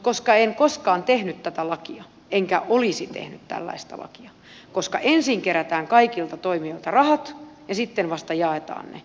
mutta en koskaan tehnyt tätä lakia enkä olisi tehnyt tällaista lakia koska ensin kerätään kaikilta toimijoilta rahat ja sitten vasta jaetaan ne